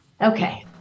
Okay